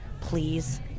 please